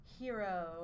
hero